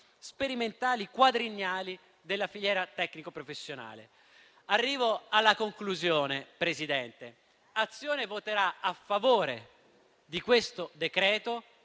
sperimentali quadriennali della filiera tecnico-professionale. Arrivo alla conclusione, Presidente. Azione voterà a favore di questo disegno